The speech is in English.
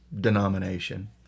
Denomination